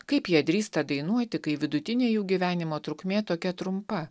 kaip jie drįsta dainuoti kai vidutinė jų gyvenimo trukmė tokia trumpa